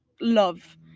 love